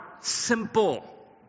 simple